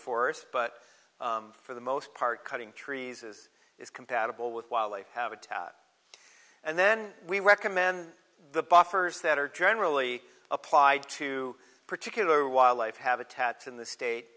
fours but for the most part cutting trees is is compatible with wildlife habitat and then we recommend the buffers that are generally applied to particular wildlife habitats in the